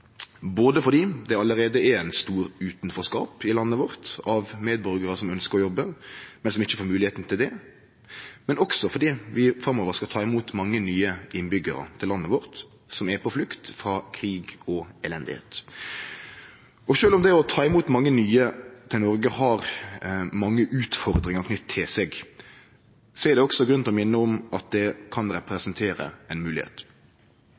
både fordi det allereie er ein stor utanforskap i landet vårt av medborgarar som ønskjer å jobbe, men som ikkje får høve til det, og fordi vi framover skal ta imot mange nye innbyggjarar til landet vårt som er på flukt frå krig og elende. Og sjølv om det å ta imot mange nye til Noreg har mange utfordringar knytte til seg, er det også grunn til å minne om at det kan